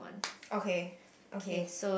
okay okay